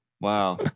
Wow